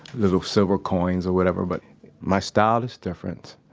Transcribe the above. little silver coins or whatever, but my style is different.